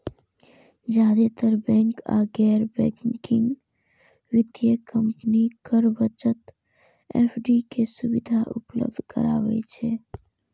जादेतर बैंक आ गैर बैंकिंग वित्तीय कंपनी कर बचत एफ.डी के सुविधा उपलब्ध कराबै छै